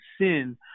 sin